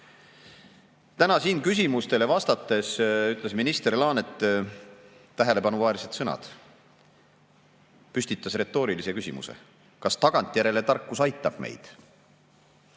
võta. Täna siin küsimustele vastates ütles minister Laanet tähelepanuväärsed sõnad, püstitas retoorilise küsimuse: kas tagantjärele tarkus aitab meid?